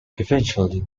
eventually